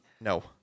No